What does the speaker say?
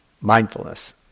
mindfulness